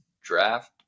draft